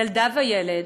ילדה וילד,